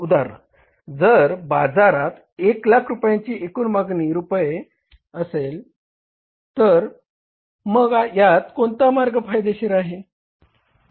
उदाहरणार्थ जर बाजारात 100000 रुपयांची एकूण मागणी असेल तर मग यात कोणता मार्ग फायदेशीर आहे